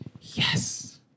Yes